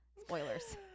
Spoilers